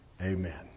amen